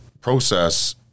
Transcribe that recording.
process